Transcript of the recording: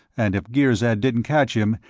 and if girzad didn't catch him,